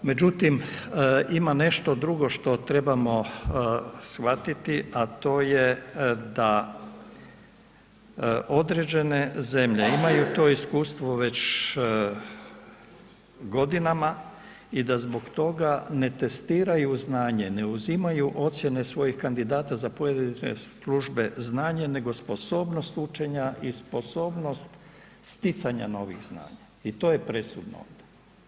Međutim, ima nešto drugo što treba shvatiti a to je da određene zemlje imaju to iskustvo već godinama i da zbog toga ne testiraju znanje, ne uzimaju ocjene svojih kandidata za pojedine službe znanje nego sposobnost učenja i sposobnost sticanja novih znanja i to je presudno.